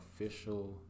official